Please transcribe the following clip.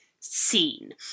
scene